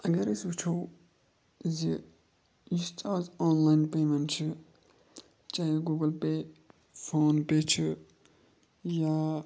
اگر أسۍ وٕچھو زِ یُس تہِ آز آن لایِن پیمٮ۪نٛٹ چھِ چاہے گوٗگٕل پے فون پے چھُ یا